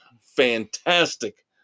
fantastic